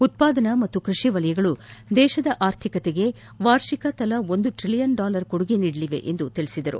ಉತ್ವಾದನಾ ಮತ್ತು ಕೃಷಿ ವಲಯಗಳು ದೇಶದ ಆರ್ಥಿಕತೆಗೆ ವಾರ್ಷಿಕ ತಲಾ ಒಂದು ಟ್ರೆಲಿಯನ್ ಡಾಲರ್ ಕೊಡುಗೆ ನೀಡಲಿವೆ ಎಂದರು